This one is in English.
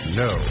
no